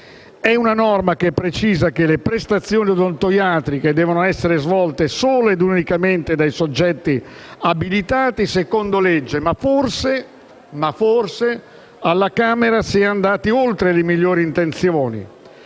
È una norma che precisa che le prestazioni odontoiatriche devono essere svolte solo e unicamente dai soggetti abilitati secondo legge, ma forse alla Camera si è andati oltre le migliori intenzioni,